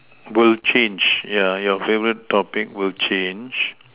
will change yeah your favorite topic will change